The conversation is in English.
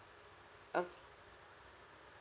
okay